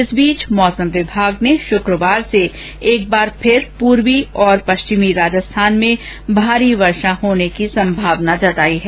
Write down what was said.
इस बीच मौसम विभाग ने शुक्रवार से एक बार फिर पूर्वी और पश्चिमी राजस्थान में भारी वर्षा होने की संभावना व्यक्ति की है